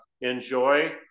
enjoy